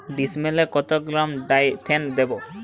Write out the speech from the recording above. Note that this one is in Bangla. ডিস্মেলে কত গ্রাম ডাইথেন দেবো?